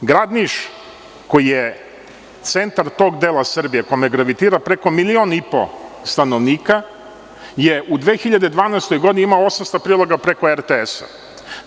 Grad Niš koji je centar tog dela Srbije u kome gravitira preko milion i po stanovnika je u 2012. godini imao 800 priloga preko RTS-a.